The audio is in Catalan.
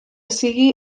sigui